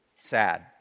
sad